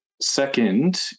second